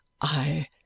I